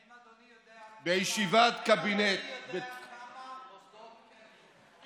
האם אדוני יודע כמה מוסדות כן פתוחים?